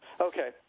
Okay